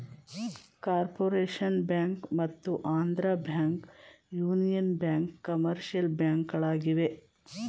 corporation Bank ಮತ್ತು Andhra Bank, Union Bank commercial ಬ್ಯಾಂಕ್ಗಳಾಗಿವೆ